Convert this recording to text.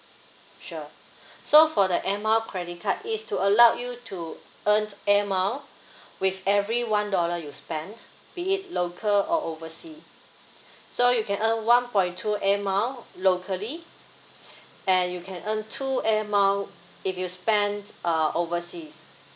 sure so for the air mile credit card is to allow you to earn air mile with every one dollar you spent be it local or overseas so you can earn one point two air mile locally and you can earn two air mile if you spent uh overseas